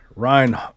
ryan